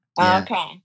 Okay